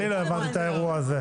גם אני לא הבנתי את האירוע הזה.